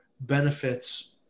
benefits